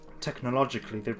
technologically